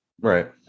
Right